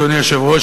אדוני היושב-ראש,